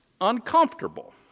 uncomfortable